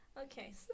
Okay